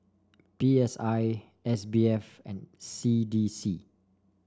P S I S B F and C D C